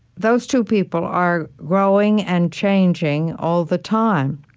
those two people are growing and changing all the time.